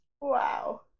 Wow